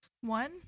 One